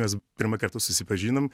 mes pirmą kartą susipažinom